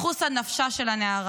לחוס על נפשה של הנערה?